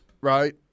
right